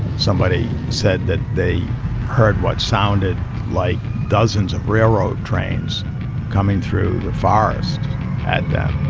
somebody said that they heard what sounded like dozens of railroad trains coming through the forest at them.